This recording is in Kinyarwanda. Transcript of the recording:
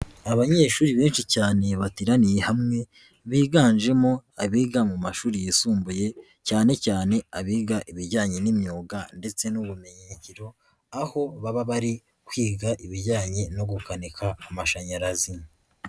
Abanyeshuri benshi cyane bateraniye hamwe biganjemo abiga mu mashuri yisumbuye cyane cyane abiga ibijyanye n'imyuga ndetse n'ubumenyingiro aho baba bari kwiga ibijyanye no gukanika amashanyarazi.